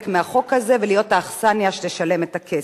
מהחוק הזה ולהיות האכסניה שתשלם את הכסף,